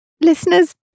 listeners